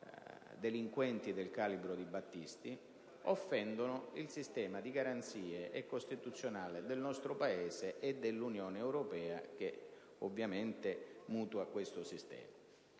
delinquente del calibro di Battisti. Si offende poi lo stesso sistema di garanzie costituzionali del nostro Paese e dell'Unione europea, che ovviamente mutua tale sistema.